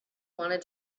wanted